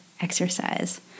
exercise